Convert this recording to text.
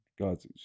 God's